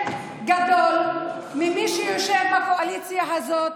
חלק גדול ממי שיושב בקואליציה הזאת